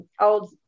old